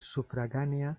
sufragánea